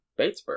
Batesburg